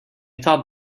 thought